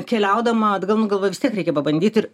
keliaudama atgal nu galvoju vis tiek reikia pabandyt ir